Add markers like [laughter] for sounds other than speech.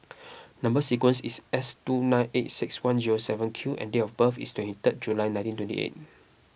[noise] Number Sequence is S two nine eight six one zero seven Q and date of birth is twenty third July nineteen twenty eight